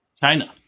China